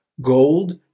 gold